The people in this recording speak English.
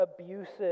abusive